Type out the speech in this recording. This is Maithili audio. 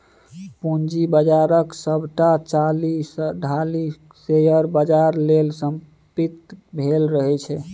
पूंजी बाजारक सभटा चालि ढालि शेयर बाजार लेल समर्पित भेल रहैत छै